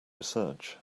research